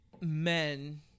men